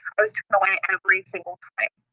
i was turned away every single time. it